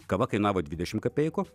kava kainavo dvidešimt kapeikų